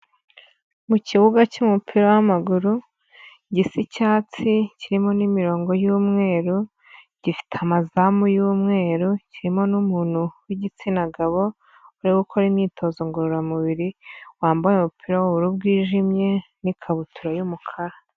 Mu kibuga cy'umupira w'amaguru, gisa icyatsi kirimo n'imirongo y'umweru, gifite amazamu y'umweru, kirimo n'umuntu w'igitsina gabo uri gukora imyitozo ngororamubiri wambaye umupira w'ubururu bwijimye n'ikabutura y'umukara.